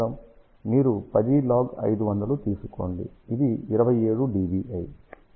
మీరు 10 లాగ్ 500 తీసుకోండి ఇది 27 dBi